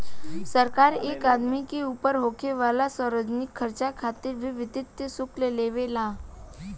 सरकार एक आदमी के ऊपर होखे वाला सार्वजनिक खर्चा खातिर भी वित्तीय शुल्क लेवे ला